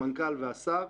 המנכ"ל והשר,